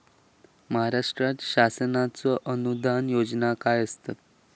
महाराष्ट्र शासनाचो अनुदान योजना काय आसत?